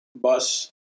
bus